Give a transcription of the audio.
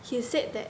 he said that